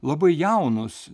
labai jaunus